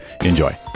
enjoy